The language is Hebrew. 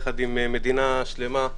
יחד עם מדינה שלמה,